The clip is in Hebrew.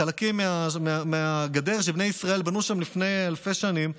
חלקים מהגדר שבני ישראל בנו שם לפני אלפי שנים.